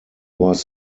was